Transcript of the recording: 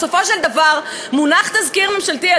בסופו של דבר מונח תזכיר חוק ממשלתי,